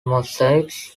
mosaics